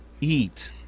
eat